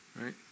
Right